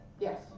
Yes